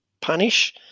Punish